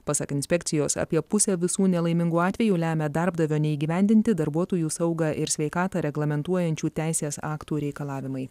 pasak inspekcijos apie pusę visų nelaimingų atvejų lemia darbdavio neįgyvendinti darbuotojų saugą ir sveikatą reglamentuojančių teisės aktų reikalavimai